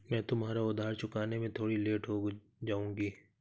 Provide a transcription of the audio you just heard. मैं तुम्हारा उधार चुकाने में थोड़ी लेट हो जाऊँगी